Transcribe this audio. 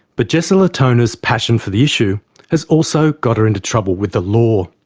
but, jessa latona's passion for the issue has also got her into trouble with the law,